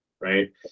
right